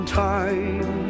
time